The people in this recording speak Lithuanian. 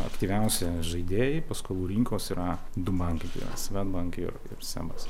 aktyviausi žaidėjai paskolų rinkos yra du bankai tai yraswedbank ir ir sebas